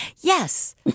yes